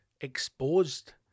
exposed